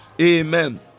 amen